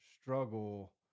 struggle